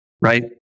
right